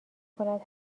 کند